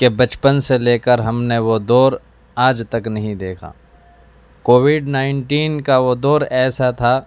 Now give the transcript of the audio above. کہ بچپن سے لے کر ہم نے وہ دور آج تک نہیں دیکھا کووڈ نائنٹین کا وہ دور ایسا تھا